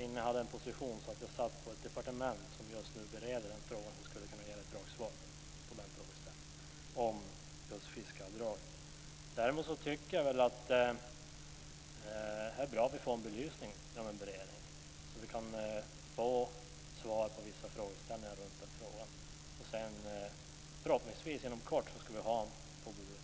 innehade en sådan position att jag satt på ett departement som just nu bereder frågan skulle jag kunna ge ett rakt svar på frågan om fiskeavdragen. Däremot tycker jag att det är bra att vi får en belysning och en beredning så att vi kan få svar på vissa frågeställningar runt det här. Förhoppningsvis har vi det inom kort på bordet här i riksdagen.